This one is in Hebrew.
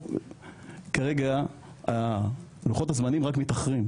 כרגע לוחות הזמנים רק מתאחרים,